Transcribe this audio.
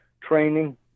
training